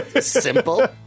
Simple